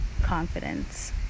confidence